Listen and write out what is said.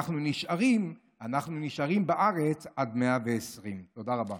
אנחנו נשארים / אנחנו נשארים בארץ עד 120". תודה רבה.